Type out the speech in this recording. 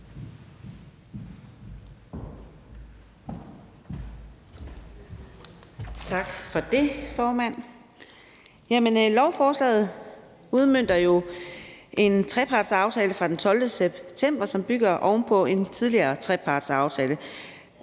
Tak for det, formand. Lovforslaget udmønter en trepartsaftale fra den 12. september, som bygger på en tidligere trepartsaftale.